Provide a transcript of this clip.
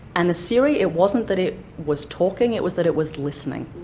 and the siri, it wasn't that it was talking, it was that it was listening.